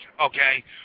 Okay